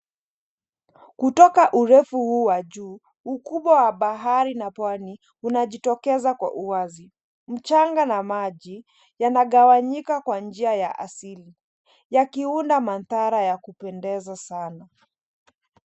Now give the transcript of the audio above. Kutoka urefu huu wa juu, ukubwa wa bahari na pwani unajitokeza kwa uwazi. Mchanga na maji yanagawanyika kwa njia ya asili, yakiunda mandhara ya kupendeza sana.